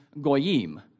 goyim